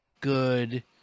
good